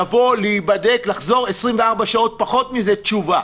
לבוא ולהיבדק, לחזור, פחות מ-24 שעות תשובה.